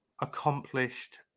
accomplished